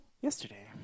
yesterday